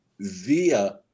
via